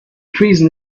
treason